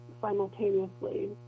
simultaneously